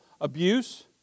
abuse